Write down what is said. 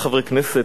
נציג האויב,